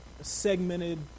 segmented